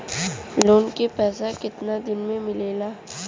Loan के पैसा कितना दिन मे मिलेला?